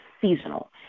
seasonal